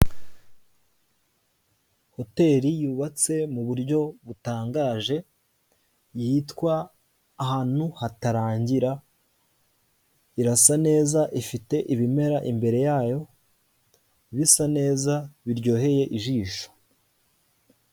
Hoteli yubatse mu buryo butangaje yitwa ahantu hatarangira, irasa neza ifite ibimera imbere yayo bisa neza biryoheye ijisho.